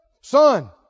son